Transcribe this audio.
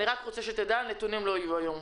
אני רק רוצה שתדע: נתונים לא יהיו היום,